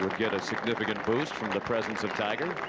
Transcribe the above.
get a significant boost from the presence of tiger